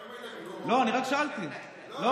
למה אתה צוחק עליו,